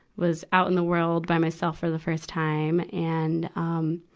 was out in the world by myself for the first time. and, um,